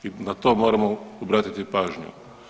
I na to moramo obratiti pažnju.